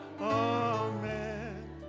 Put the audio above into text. amen